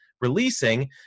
releasing